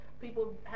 people